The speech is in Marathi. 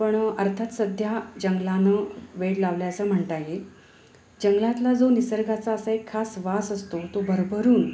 पण अर्थात सध्या जंगलानं वेड लावल्याचं म्हणता येईल जंगलातला जो निसर्गाचा असा एक खास वास असतो तो भरभरून